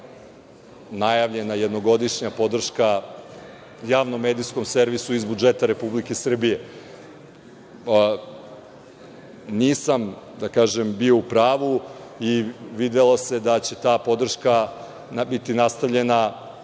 najavljena jednogodišnja podrška Javnom medijskom servisu iz budžeta Republike Srbije. Nisam, da kažem, bio u pravu i videlo se da će ta podrška biti nastavljena